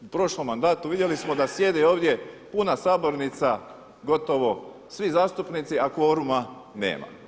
U prošlom mandatu vidjeli smo da sjede ovdje puna sabornica, gotovo svi zastupnici a kvoruma nema.